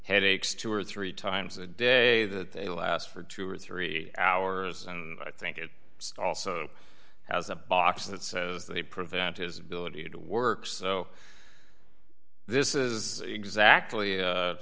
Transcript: headaches two or three times a day that they last for two or three hours and i think it also has a box that says they prevent his ability to work so this is exactly